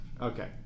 Okay